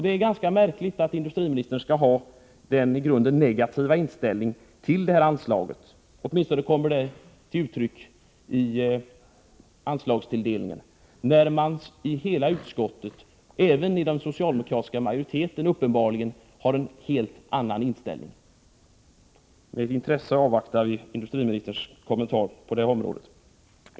Det är ganska märkligt att industriministern skall ha en i grunden negativ inställning till detta anslag. Åtminstone kommer det till uttryck vid anslagstilldelningen när man i hela utskottet — även den socialdemokratiska majoriteten — uppenbarligen har en helt annan inställning. Med intresse avvaktar vi industriministerns kommentar på detta område.